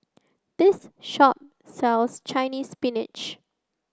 this shop sells Chinese Spinach